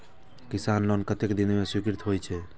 किसान लोन कतेक दिन में स्वीकृत होई छै?